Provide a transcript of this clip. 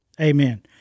amen